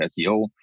SEO